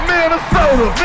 Minnesota